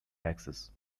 access